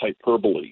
hyperbole